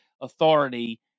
authority